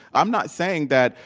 i'm not saying that,